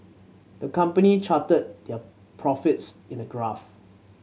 the company charted their profits in a graph